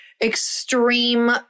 extreme